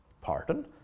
pardon